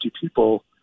people